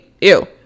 Ew